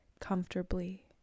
comfortably